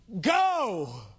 go